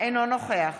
אינו נוכח